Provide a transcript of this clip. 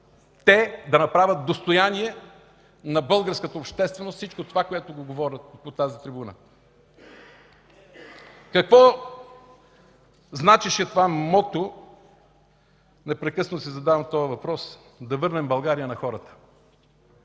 те да направят достояние на българската общественост всичко, което говорят от тази трибуна. Какво значеше това мото – непрекъснато си задавам този въпрос – „Да върнем България на хората”?